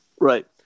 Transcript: Right